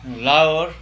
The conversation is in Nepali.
लाहोर